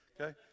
okay